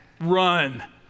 run